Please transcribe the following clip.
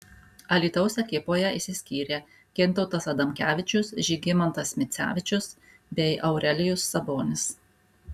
alytaus ekipoje išsiskyrė gintautas adamkevičius žygimantas micevičius bei aurelijus sabonis